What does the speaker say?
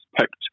picked